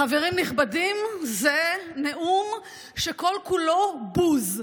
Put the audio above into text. חברים נכבדים, זה נאום שכל-כולו בוז,